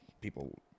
people